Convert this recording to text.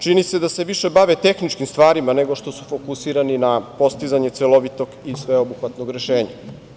Čini se da se više bave tehničkim stvarima nego što su fokusirani na postizanje celovitog i sveobuhvatnog rešenja.